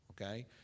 okay